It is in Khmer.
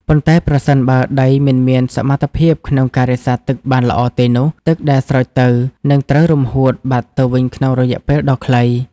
ប៉ុន្តែប្រសិនបើដីមិនមានសមត្ថភាពក្នុងការរក្សាទឹកបានល្អទេនោះ ទឹកដែលស្រោចទៅ នឹងត្រូវរំហួតបាត់ទៅវិញក្នុងរយៈពេលដ៏ខ្លី។